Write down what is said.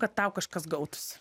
kad tau kažkas gautųs